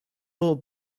old